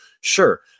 Sure